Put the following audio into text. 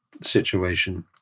situation